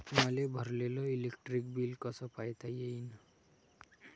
मले भरलेल electric bill कस पायता येईन?